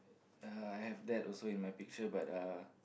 uh I have that also in my picture but uh